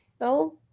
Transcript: No